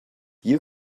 you